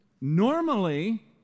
normally